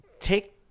take